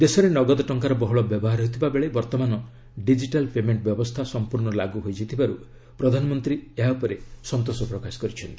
ଦେଶରେ ନଗଦ ଟଙ୍କାର ବହୁଳ ବ୍ୟବହାର ହେଉଥିବା ବେଳେ ବର୍ତ୍ତମାନ ଡିଜିଟାଲ୍ ପେମେଣ୍ଟ ବ୍ୟବସ୍ଥା ସମ୍ପୂର୍ଣ୍ଣ ଲାଗୁ ହୋଇଯାଇଥିବାରୁ ପ୍ରଧାନମନ୍ତ୍ରୀ ସନ୍ତୋଷ ପ୍ରକାଶ କରିଛନ୍ତି